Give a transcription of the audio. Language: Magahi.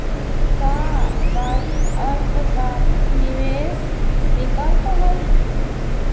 का काई अल्पकालिक निवेस विकल्प हई?